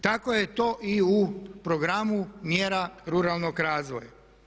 Tako je to i u Programu mjera ruralnog razvoja.